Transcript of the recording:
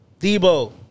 Debo